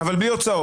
אבל, בלי הוצאות?